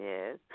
Yes